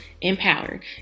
empowered